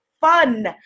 fun